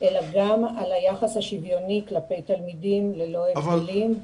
אלא גם על היחס השוויוני כלפי תלמידים ללא הבדלים.